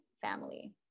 family